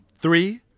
Three